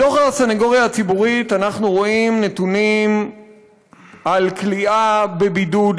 בדוח הסנגוריה הציבורית אנחנו רואים נתונים על כליאה בבידוד,